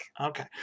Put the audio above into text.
Okay